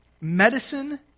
Medicine